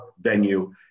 venue